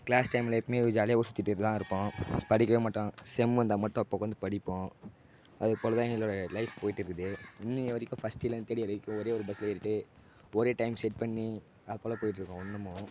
class டைமில் எப்பயுமே ஒரு ஜாலியாக ஊர் சுற்றிட்டே தான் இருப்போம் படிக்கவே மாட்டோம் செம் வந்தால் மட்டும் அப்போ உக்காந்து படிப்போம் அது போல் தான் எங்களோடைய லைஃப் போய்ட்டு இருக்குது இன்றைய வரைக்கும் ஃபஸ்ட்டு இயர்லேருந்து தேர்ட் இயர் வரைக்கும் ஒரே ஒரு பஸ்ஸில் ஏறிகிட்டு ஒரே டைம் செட் பண்ணி அது போல் போய்ட்டு இருக்கோம் இன்னமும்